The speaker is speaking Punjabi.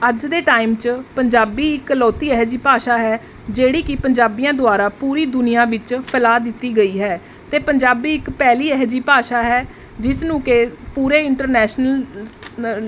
ਅੱਜ ਦੇ ਟਾਈਮ 'ਚ ਪੰਜਾਬੀ ਇਕਲੌਤੀ ਇਹ ਜਿਹੀ ਭਾਸ਼ਾ ਹੈ ਜਿਹੜੀ ਕਿ ਪੰਜਾਬੀਆਂ ਦੁਆਰਾ ਪੂਰੀ ਦੁਨੀਆ ਵਿੱਚ ਫੈਲਾ ਦਿੱਤੀ ਗਈ ਹੈ ਅਤੇ ਪੰਜਾਬੀ ਇੱਕ ਪਹਿਲੀ ਇਹੋ ਜਿਹੀ ਭਾਸ਼ਾ ਹੈ ਜਿਸ ਨੂੰ ਕਿ ਪੂਰੇ ਇੰਟਰਨੈਸ਼ਨਲ